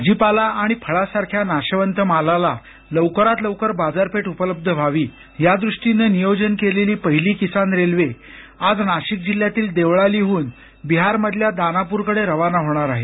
भाजीपाला आणि फळासारख्या नाशवंत मालाला लवकरात लवकर बाजारपेठ उपलब्ध व्हावी यादृष्टीनं नियोजन केलेली पहिली किसान रेल्वे आज नाशिक जिल्ह्यातील देवळाली हून बिहार मधल्या दानापूर बिहार कडे रवाना होणार आहे